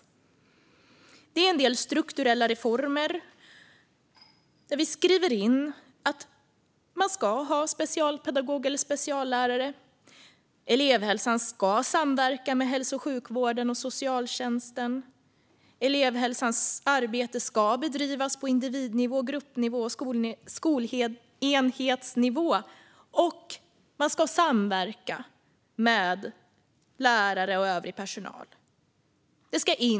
Det föreslås en del strukturella reformer där vi skriver in att man ska ha specialpedagog eller speciallärare. Elevhälsan ska samverka med hälso och sjukvården och socialtjänsten. Elevhälsans arbete ska bedrivas på individnivå, gruppnivå och skolenhetsnivå, och man ska samverka med lärare och övrig personal.